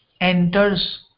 enters